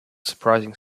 surprising